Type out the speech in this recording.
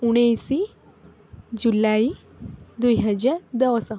ଉଣେଇଶ ଜୁଲାଇ ଦୁଇହଜାର ଦଶ